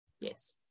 Yes